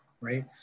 right